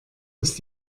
ist